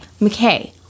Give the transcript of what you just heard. McKay